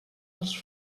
als